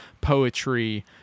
poetry